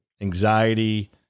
anxiety